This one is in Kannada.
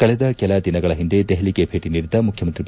ಕಳೆದ ಕೆಲ ದಿನಗಳ ಹಿಂದೆ ದೆಹಲಿಗೆ ಭೇಟಿ ನೀಡಿದ್ದ ಮುಖ್ಯಮಂತ್ರಿ ಬಿ